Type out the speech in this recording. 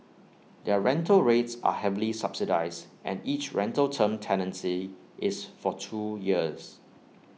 their rental rates are heavily subsidised and each rental term tenancy is for two years